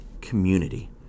community